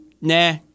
nah